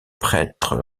prêtre